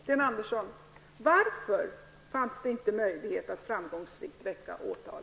Herr talman! Varför, Sten Andersson, fanns det inte möjlighet att framgångsrikt väcka åtal?